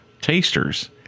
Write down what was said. tasters